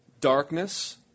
darkness